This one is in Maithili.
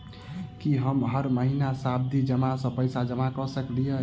की हम हर महीना सावधि जमा सँ पैसा जमा करऽ सकलिये?